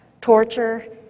torture